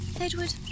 Edward